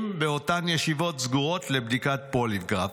באותן ישיבות סגורות בדיקת פוליגרף,